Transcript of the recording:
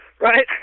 right